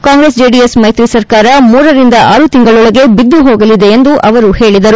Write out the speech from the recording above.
ಕಾಂಗ್ರೆಸ್ ಜೆಡಿಎಸ್ ಮೈತ್ರಿ ಸರ್ಕಾರ ಮೂರರಿಂದ ಆರುತಿಂಗಳೊಳಗೆ ಬಿದ್ದು ಹೋಗಲಿದೆ ಎಂದು ಅವರು ಹೇಳಿದರು